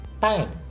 time